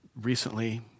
recently